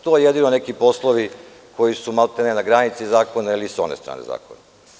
To jedino neki poslovi koji su maltene na granici zakona ili sa one strane zakona.